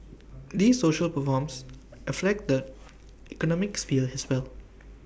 these social reforms affect the economic sphere as well